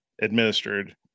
administered